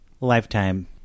lifetime